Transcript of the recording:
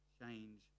change